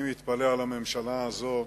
אני מתפלא על הממשלה הזאת.